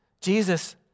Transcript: Jesus